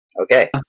Okay